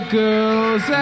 girls